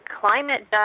climate